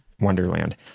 wonderland